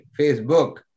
Facebook